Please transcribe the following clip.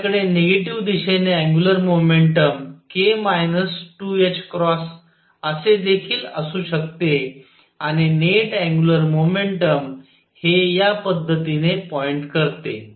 माझ्याकडे निगेटिव्ह दिशेने angular momentum k 2ℏ असे देखील असू शकते आणि नेट अँग्युलर मोमेंटम हे या पद्धतीने पॉईंट करते